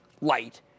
light